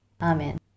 Amen